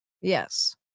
Yes